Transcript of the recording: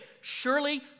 Surely